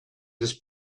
this